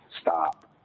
stop